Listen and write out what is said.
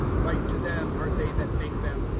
like to them are they that make them,